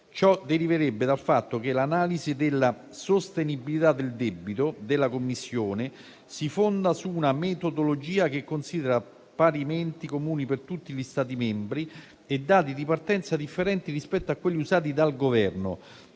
Ciò deriverebbe dal fatto che l'analisi della sostenibilità del debito della Commissione si fonda su una metodologia che considera parimenti comuni per tutti gli Stati membri e dati di partenza differenti rispetto a quelli usati dal Governo,